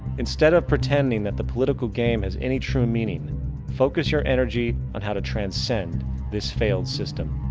instead of pretending that the political game has any true meaning focus your energy on how to transcend this failed system.